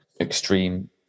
extreme